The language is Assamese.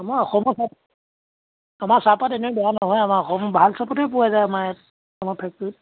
আমাৰ অসমৰ চাহ আমাৰ চাহপাত এনেই বেয়া নহয় আমাৰ অসমৰ ভাল চাহাপতেই পোৱা যায় আমাৰ ইয়াত অসমৰ ফেক্টৰীত